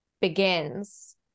begins